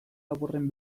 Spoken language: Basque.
laburren